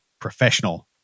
professional